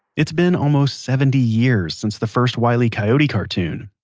it's been almost seventy years since the first wile e. coyote cartoon,